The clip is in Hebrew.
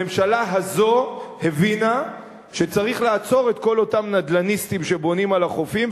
הממשלה הזאת הבינה שצריך לעצור את כל אותם נדל"ניסטים שבונים על החופים,